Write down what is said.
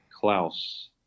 Klaus